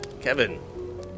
Kevin